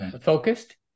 focused